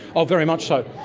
ah very much so.